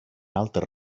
altre